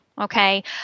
okay